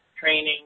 training